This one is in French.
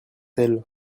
elle